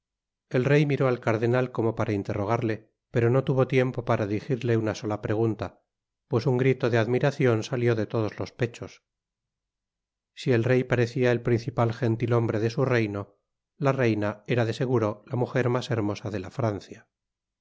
el rey miró al cardenal como para interrogarle pero no tuvo tiempo para dirigirle una sola pregunta pues un grito de admiracion salió de todos los pechos si el rey parecia el principal gen til hombre de su reino la reina era de eguro la muger mas hermosa de la francia